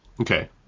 Okay